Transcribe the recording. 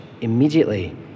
immediately